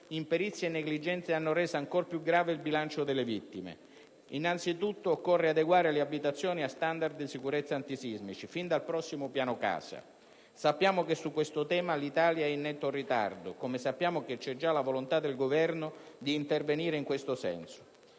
imperizie e negligenze hanno reso ancor più grave il bilancio delle vittime. Innanzitutto, occorre adeguare le abitazioni a standard di sicurezza antisismici, fin dal prossimo piano casa. Sappiamo che su questo tema l'Italia è in netto ritardo, come sappiamo che c'è già la volontà del Governo di intervenire in questo senso.